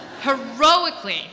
heroically